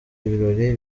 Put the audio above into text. ibirori